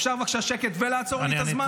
אפשר בבקשה שקט ולעצור לי את הזמן?